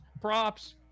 props